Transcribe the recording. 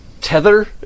tether